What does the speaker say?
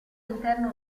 interno